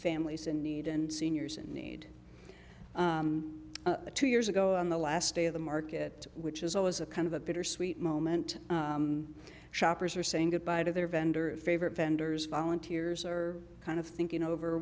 families in need and seniors in need two years ago on the last day of the market which is always a kind of a bittersweet moment shoppers are saying goodbye to their vendor favorite vendors volunteers are kind of thinking over